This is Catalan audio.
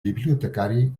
bibliotecari